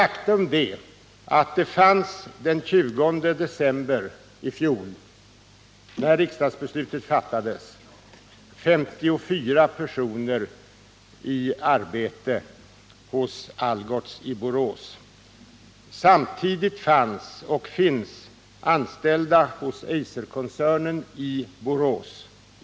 Faktum är emellertid att det när riksdagsbeslutet fattades den 20 december i fjol fanns 54 personer i arbete vid Algots i Borås. Samtidigt fanns det, och finns fortfarande, 2 000 anställda vid Eiserkoncernen i Borås.